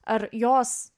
ar jos